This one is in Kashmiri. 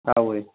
اَوَے